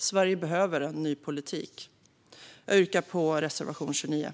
Sverige behöver en ny politik. Jag yrkar bifall till reservation 29.